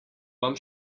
vam